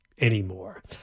anymore